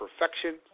perfection